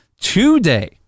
today